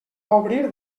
obrir